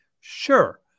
Sure